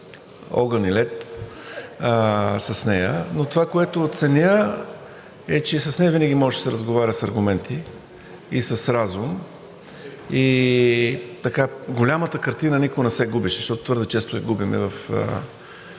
огън и лед с нея. Но това, което ценя, е, че с нея винаги може да се разговаря с аргументи и с разум – голямата картина никога не се губеше, защото твърде често я губим в